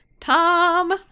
Tom